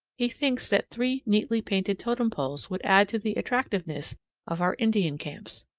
he thinks that three neatly painted totem poles would add to the attractiveness of our indian camps.